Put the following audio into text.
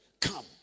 Come